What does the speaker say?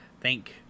thank